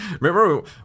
Remember